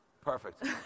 Perfect